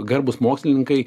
garbūs mokslininkai